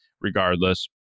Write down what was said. regardless